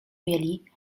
mieli